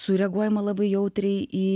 sureaguojama labai jautriai į